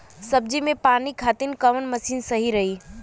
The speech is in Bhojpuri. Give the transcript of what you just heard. सब्जी में पानी खातिन कवन मशीन सही रही?